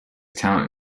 talent